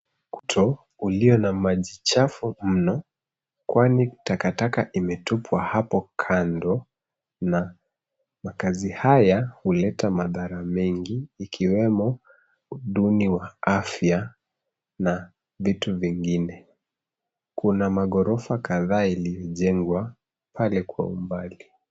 Mto ulio na maji chafu mno, kwani takataka imetupwa hapo kando na makazi haya huleta madhara mengi ikiwemo uduni wa afya na vitu vingine. Kuna maghorofa kadhaa iliyojengwa, pale kwa umbali.